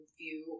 view